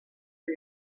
for